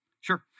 sure